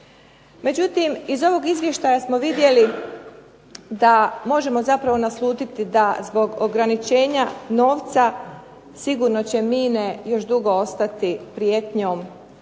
Međutim iz ovog izvještaja smo vidjeli da možemo zapravo naslutiti da zbog ograničenja novca sigurno će mine još dugo ostati prijetnjom